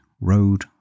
road